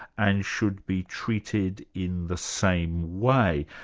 and should be treated in the same way.